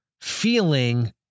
feeling